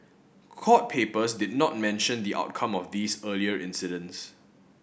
court papers did not mention the outcome of these earlier incidents